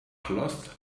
cloth